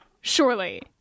Surely